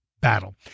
battle